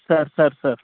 sir sir sir